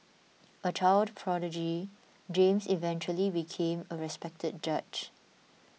a child prodigy James eventually became a respected judge